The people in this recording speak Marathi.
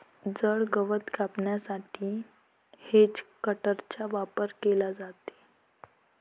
जड गवत कापण्यासाठी हेजकटरचा वापर केला जातो